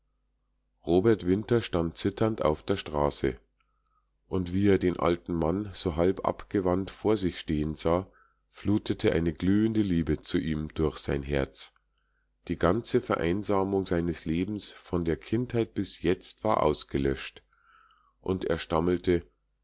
robert winter stand zitternd auf der straße und wie er den alten mann so halb abgewandt vor sich stehen sah flutete eine glühende liebe zu ihm durch sein herz die ganze vereinsamung seines lebens von der kindheit bis jetzt war ausgelöscht und er stammelte